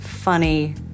funny